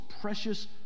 precious